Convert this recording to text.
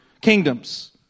kingdoms